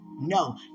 No